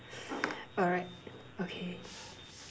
alright okay